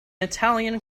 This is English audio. italian